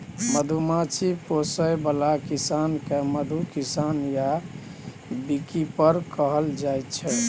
मधुमाछी पोसय बला किसान केँ मधु किसान या बीकीपर कहल जाइ छै